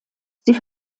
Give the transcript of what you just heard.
sie